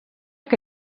que